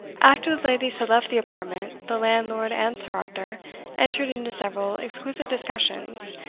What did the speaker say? after the ladies had left the apartment, the landlord and sir arthur entered into several exquisite discussions,